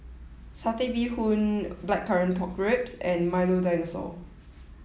Satay Bee Hoon Blackcurrant Pork Ribs and Milo Dinosaur